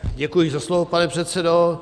Děkuji za slovo, pane předsedo.